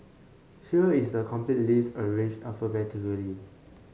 here is the complete list arranged alphabetically